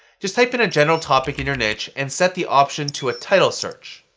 just type in a general topic in your niche and set the option to a title search.